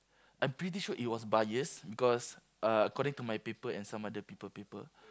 I'm pretty sure it was bias because uh according to my paper and some other people paper